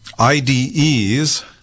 IDEs